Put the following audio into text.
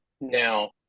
now